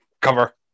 cover